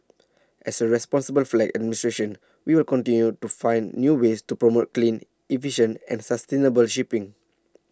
as A responsible flag administration we will continue to find new ways to promote clean efficient and sustainable shipping